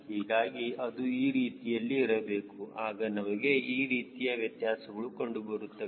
ಹೀಗಾಗಿ ಅದು ಈ ರೀತಿಯಲ್ಲಿ ಇರಬೇಕು ಆಗ ನಮಗೆ ಈ ರೀತಿಯ ವ್ಯತ್ಯಾಸಗಳು ಕಂಡುಬರುತ್ತವೆ